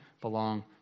belong